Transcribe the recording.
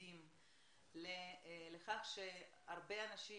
ועדים לכך שהרבה אנשים,